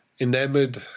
enamored